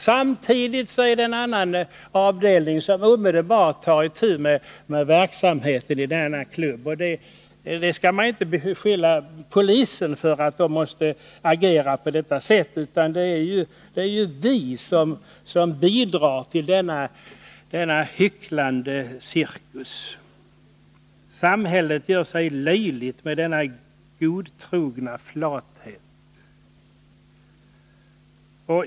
Samtidigt tar en annan avdelning hos polisen omedelbart itu med verksamheten på denna klubb. Man får inte rikta beskyllningar mot polisen därför att den agerar på detta sätt. Det är ju vi som bidrar till denna hycklande cirkus. Samhället gör sig löjligt genom att uppvisa denna godtrogna flathet.